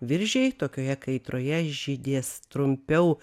viržiai tokioje kaitroje žydės trumpiau